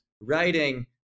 writing